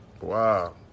Wow